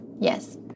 Yes